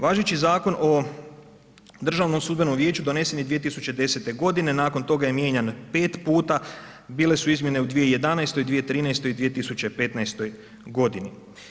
Važeći Zakon o Državnom sudbenom vijeću donesen je 2010. godine, nakon toga je mijenjan 5 puta, bile su izmjene u 2011., 2013. i 2015. godini.